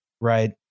Right